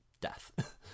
death